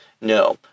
No